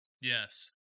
Yes